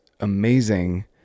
amazing